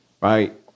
right